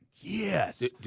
Yes